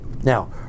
Now